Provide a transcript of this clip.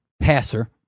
passer